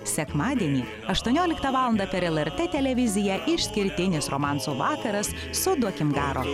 sekmadienį aštuonioliktą valandą per lrt televiziją išskirtinis romansų vakaras su duokim garo